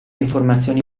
informazioni